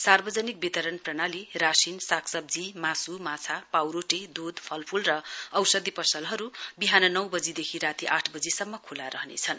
सार्वजनिक वितरण प्रणाली राशिन साग सब्जी मासु माछा पाउरोटी दूध फलफूल र औषधी पसलहरू बिहान नौबजीदेखि राती आठ बजीसम्म खुल्ला रहनेछन्